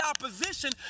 opposition